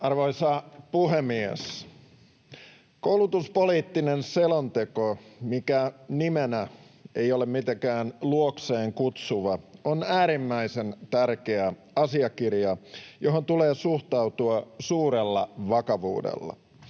Arvoisa puhemies! Koulutuspoliittinen selonteko, mikä nimenä ei ole mitenkään luokseen kutsuva, on äärimmäisen tärkeä asiakirja, johon tulee suhtautua suurella vakavuudella.